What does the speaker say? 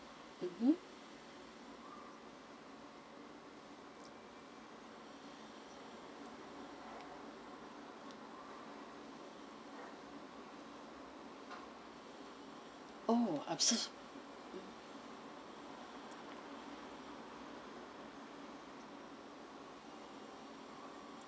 mmhmm oh I'm